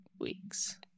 weeks